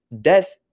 death